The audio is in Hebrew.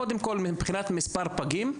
קודם כל מבחינת מספר פגים,